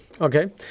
Okay